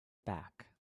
back